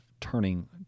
turning